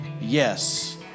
yes